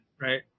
right